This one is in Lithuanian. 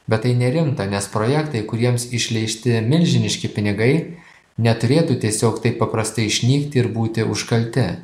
bet tai nerimta nes projektai kuriems išleišti milžiniški pinigai neturėtų tiesiog taip paprastai išnykti ir būti užkalti